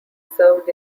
served